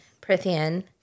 prithian